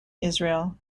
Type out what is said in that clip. israel